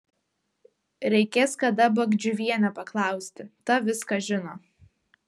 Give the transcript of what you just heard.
reikės kada bagdžiuvienę paklausti ta viską žino